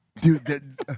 dude